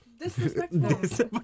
disrespectful